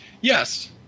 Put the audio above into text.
Yes